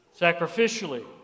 sacrificially